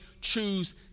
choose